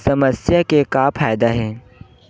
समस्या के का फ़ायदा हे?